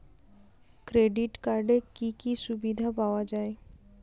Credit কার্ডের কি কি সুবিধা পাওয়া যায়?